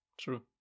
true